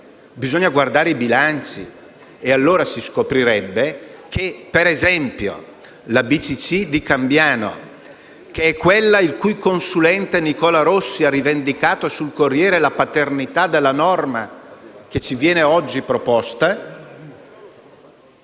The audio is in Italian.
Bisogna guardare i bilanci, e allora si scoprirebbe - per esempio - che la BCC di Cambiano - il cui consulente Nicola Rossi ha rivendicato, sul «Corriere della sera», la paternità della norma che ci viene oggi proposta